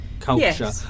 culture